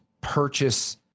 purchase